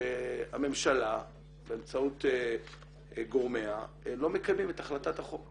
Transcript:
שהממשלה באמצעות גורמיה לא מקדמת את החלטת החוק